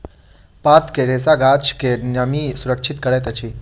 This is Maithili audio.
पात के रेशा गाछ के नमी सुरक्षित करैत अछि